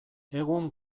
egun